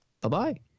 Bye-bye